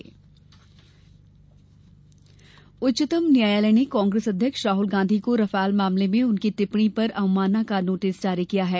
Rahul notice उच्चतम न्यायालय ने कांग्रेस अध्यक्ष राहुल गांधी को रफाल मामले में उनकी टिप्पणी पर अवमानना का नोटिस जारी किया है